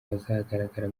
bazagaragara